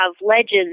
legends